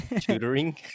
tutoring